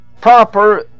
proper